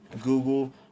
Google